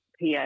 PA